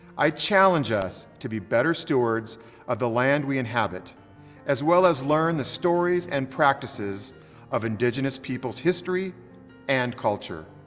i challenge us to be better stewards of the land we inhabit as well as learn the stories and practices of indigenous people's history and culture.